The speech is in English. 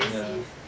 ya